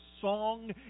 song